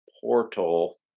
portal